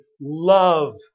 love